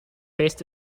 based